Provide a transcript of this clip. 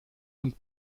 und